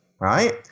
right